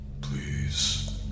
Please